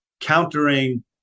countering